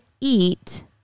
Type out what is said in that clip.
eat